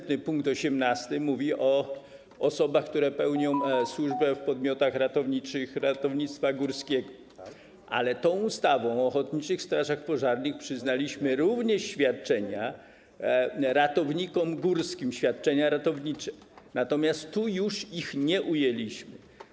Pkt 18, następny, mówi o osobach, które pełnią służbę w podmiotach ratowniczych ratownictwa górskiego, ale ustawą o ochotniczych strażach pożarnych przyznaliśmy również ratownikom górskim świadczenia ratownicze, natomiast tu już ich nie ujęliśmy.